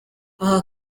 aha